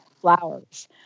flowers